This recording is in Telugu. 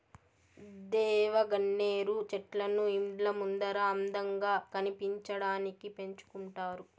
దేవగన్నేరు చెట్లను ఇండ్ల ముందర అందంగా కనిపించడానికి పెంచుకుంటారు